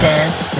Dance